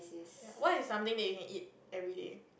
ya what is something that you can eat everyday